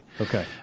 Okay